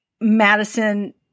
Madison